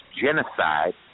genocide